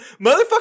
Motherfucker